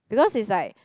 because it's like